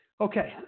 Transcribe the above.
Okay